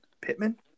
Pittman